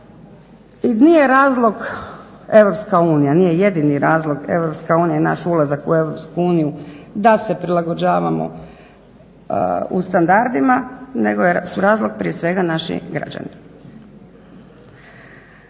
unija, nije jedini razlog Europska unija i naš ulazak u Europsku uniju da se prilagođavamo u standardima, nego su razlog prije svega naši građani.